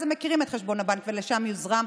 אז הם מכירים את חשבון הבנק ולשם יוזרם.